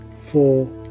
four